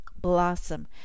blossom